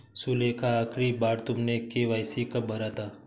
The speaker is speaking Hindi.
सुलेखा, आखिरी बार तुमने के.वाई.सी कब भरा था?